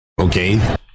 Okay